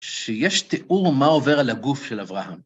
שיש תיאור מה עובר על הגוף של אברהם.